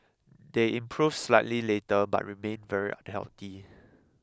they improved slightly later but remained very unhealthy